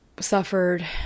suffered